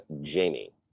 jamie